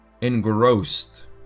engrossed